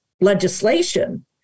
legislation